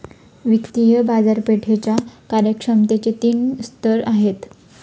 वित्तीय बाजारपेठेच्या कार्यक्षमतेचे तीन स्तर आहेत